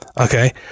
Okay